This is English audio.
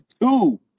two